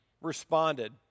responded